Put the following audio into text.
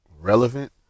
relevant